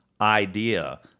idea